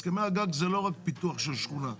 הסכמי הגג זה לא רק פיתוח של שכונה.